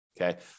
okay